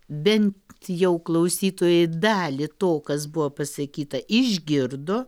bent jau klausytojai dalį to kas buvo pasakyta išgirdo